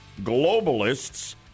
globalists